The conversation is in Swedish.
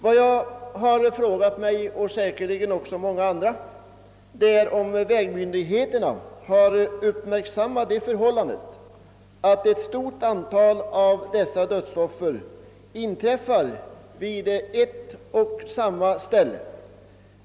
Vad jag frågat mig — och säkerligen också många andra frågat är om vägmyndigheterna har uppmärksammat det förhållandet, att ett stort antal av dessa dödsolyckor inträffar på ett och samma ställe.